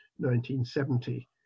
1970